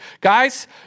Guys